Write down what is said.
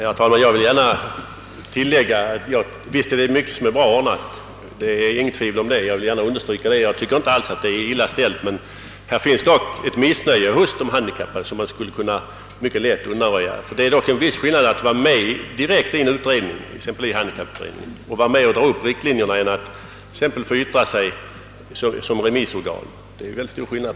Herr talman! Jag vill gärna understryka att det är mycket som är bra ordnat — jag tycker inte alls att det är illa ställt. Men här finns ett missnöje hos de handikappade, som man mycket lätt skulle kunna undanröja. Det är stor skillnad mellan att direkt vara med i en utredning och dra upp riktlinjerna — t.ex. i handikapputredningen — och att yttra sig som remissorgan.